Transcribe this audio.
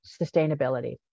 sustainability